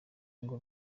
ngo